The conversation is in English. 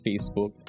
facebook